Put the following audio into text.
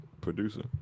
producer